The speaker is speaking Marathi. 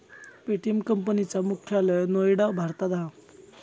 पे.टी.एम कंपनी चा मुख्यालय नोएडा भारतात हा